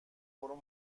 برو